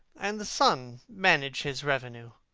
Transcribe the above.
and the son manage his revenue.